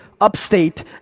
upstate